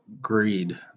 greed